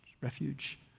refuge